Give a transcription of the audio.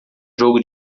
jogo